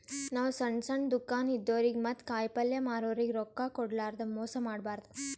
ನಾವ್ ಸಣ್ಣ್ ಸಣ್ಣ್ ದುಕಾನ್ ಇದ್ದೋರಿಗ ಮತ್ತ್ ಕಾಯಿಪಲ್ಯ ಮಾರೋರಿಗ್ ರೊಕ್ಕ ಕೋಡ್ಲಾರ್ದೆ ಮೋಸ್ ಮಾಡಬಾರ್ದ್